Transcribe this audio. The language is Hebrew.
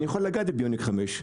אני יכול לגעת בביוניק 5,